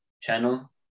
channel